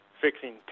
fixing